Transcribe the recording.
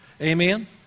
Amen